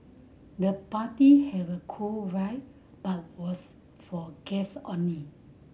the party have a cool vibe but was for guest only